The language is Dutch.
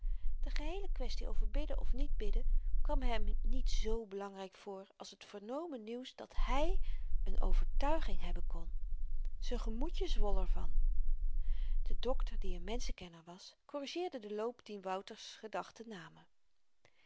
de geheele kwestie over bidden of niet bidden kwam hem niet z belangryk voor als t vernomen nieuws dat hy n overtuiging hebben kon z'n gemoedje zwol er van de dokter die n menschenkenner was korrigeerde den loop dien wouters gedachten namen